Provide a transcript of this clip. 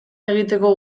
egiteko